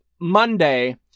Monday